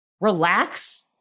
relax